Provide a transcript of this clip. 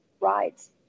rides